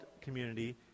community